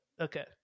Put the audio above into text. Okay